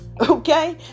Okay